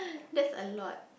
that's a lot